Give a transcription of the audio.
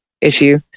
issue